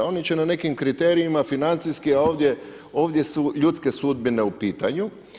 Oni će na nekim kriterijima, financijski, a ovdje su ljudske sudbine u pitanju.